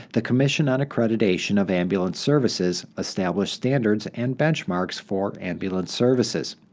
the commission on accreditation of ambulance services established standards and benchmarks for ambulance services.